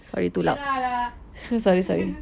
merah lah